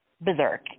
berserk